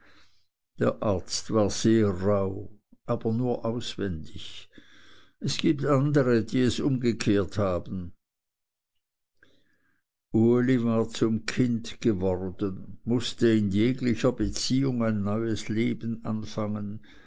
der arzt war sehr rauh aber nur auswendig es gibt andere welche es umgekehrt haben uli war zum kind geworden mußte in jeglicher beziehung ein neues leben anfangen